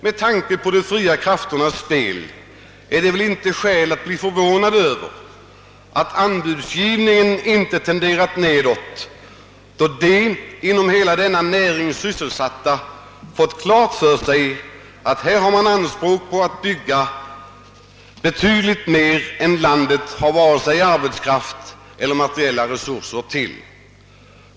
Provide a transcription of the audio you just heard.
Med tanke på de fria krafternas spel är det inte skäl att bli förvånad över att anbuden inte har tenderat att bli lägre, då de inom denna näring sysselsatta har fått klart för sig att det finns anspråk på att bygga betydligt mer än landet har arbetskraft och materiella resurser till.